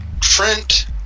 Trent